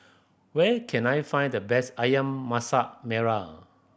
where can I find the best Ayam Masak Merah